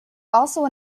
also